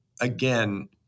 again